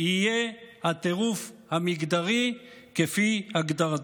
יהיה "הטירוף המגדרי", כפי הגדרתו.